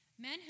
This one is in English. Men